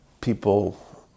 people